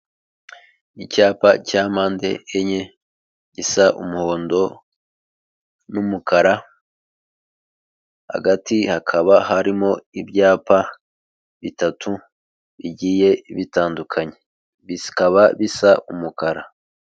Icyapa cya mpande enye, gisa umuhondo n'umukara, hagati hakaba harimo ibyapa bitatu bigiye bitandukanye. Bikaba bisa umukara.